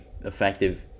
effective